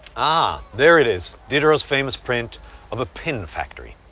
ah. there it is. diderot's famous print of a pin factory.